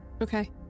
Okay